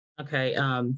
Okay